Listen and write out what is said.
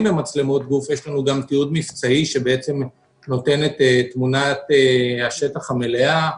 במצלמות גוף יש לנו גם תיעוד מבצעי שנותן את תמונת השטח המלאה.